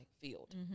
field